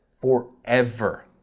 forever